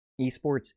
esports